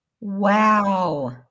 Wow